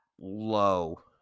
low